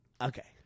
Okay